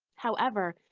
however,